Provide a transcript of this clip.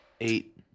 Eight